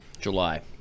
July